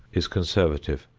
is conservative.